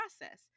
process